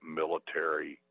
military